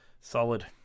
Solid